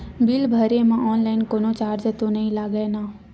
Bill भरे मा online कोनो चार्ज तो नई लागे ना?